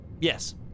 yes